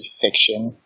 fiction